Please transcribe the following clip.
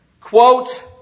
Quote